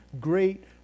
great